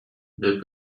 the